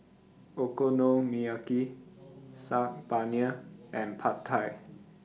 Okonomiyaki Saag Paneer and Pad Thai